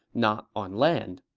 not on land.